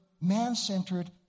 man-centered